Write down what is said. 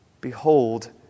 Behold